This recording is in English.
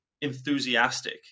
enthusiastic